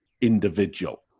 Individual